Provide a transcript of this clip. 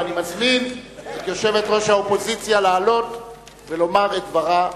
ואני מזמין את יושבת-ראש האופוזיציה לעלות ולומר את דברה.